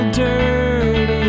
dirty